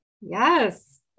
Yes